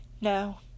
No